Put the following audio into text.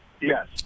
Yes